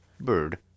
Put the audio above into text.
bird